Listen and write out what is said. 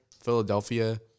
Philadelphia